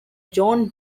john